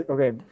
Okay